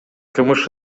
кмш